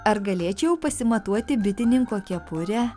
ar galėčiau pasimatuoti bitininko kepurę